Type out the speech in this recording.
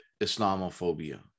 Islamophobia